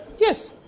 Yes